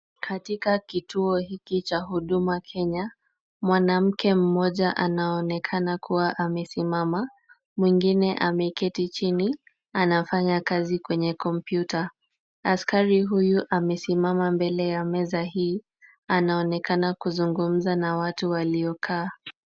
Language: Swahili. Katika kituo hiki cha huduma kenya, mwanamke mmoja anaonekana kuwa amesimama, mwengine ameketi chini anafanya kazi kwenye kompyuta. Askari huyu amesimama mbele ya meza hii anaonekana kuzungumza na watu waliokaa.